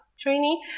training